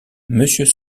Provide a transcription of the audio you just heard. monsieur